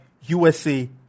USA